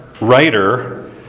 writer